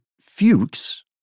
Fuchs